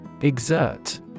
Exert